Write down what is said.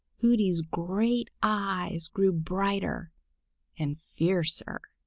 hooty's great eyes grew brighter and fiercer.